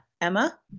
Emma